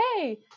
hey